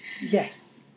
yes